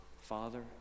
Father